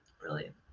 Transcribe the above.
Brilliant